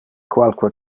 qualque